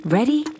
Ready